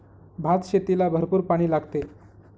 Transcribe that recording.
भातशेतीला भरपूर पाणी लागते